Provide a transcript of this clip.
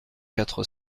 quatre